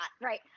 right